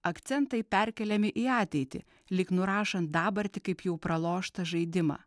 akcentai perkeliami į ateitį lyg nurašant dabartį kaip jau praloštą žaidimą